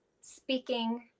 speaking